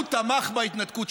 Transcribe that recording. הוא תמך בהתנתקות.